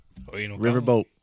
Riverboat